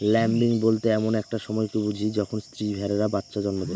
lambing বলতে এমন একটা সময়কে বুঝি যখন স্ত্রী ভেড়ারা বাচ্চা জন্ম দেয়